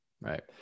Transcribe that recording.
right